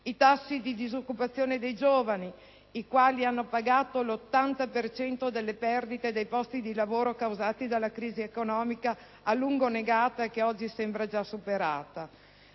i tassi di disoccupazione dei giovani, i quali hanno pagato l'80 per cento delle perdite dei posti di lavoro causati dalla crisi economica, a lungo negata e che oggi sembra già superata;